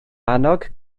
annog